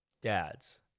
dads